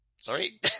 Sorry